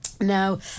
Now